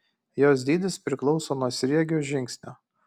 jos dydis priklauso nuo sriegio žingsnio